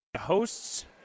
hosts